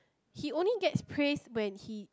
he only gets praised when he